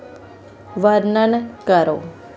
वर्णन करो